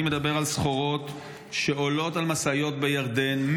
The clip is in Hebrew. אני מדבר על סחורות שעולות על משאיות בירדן,